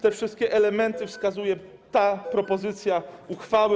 Te wszystkie elementy wskazuje ta propozycja uchwały.